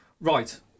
Right